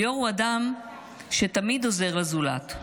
ליאור הוא אדם שתמיד עוזר לזולת,